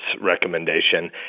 recommendation